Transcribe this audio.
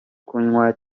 kunywa